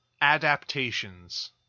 adaptations